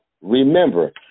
Remember